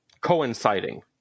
coinciding